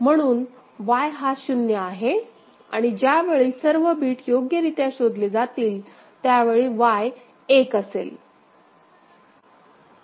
म्हणून Y हा शून्य आहे आणि ज्यावेळी सर्व बिट योग्यरीत्या शोधले जातील त्यावेळी Y एक असेल